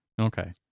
Okay